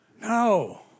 No